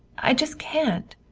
i just can't.